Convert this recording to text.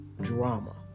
drama